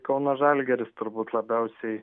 kauno žalgiris turbūt labiausiai